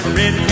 red